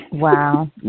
Wow